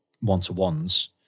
one-to-ones